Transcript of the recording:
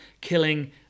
killing